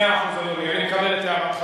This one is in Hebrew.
מאה אחוז, אדוני, אני מקבל את הערתך.